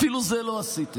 אפילו את זה לא עשיתם.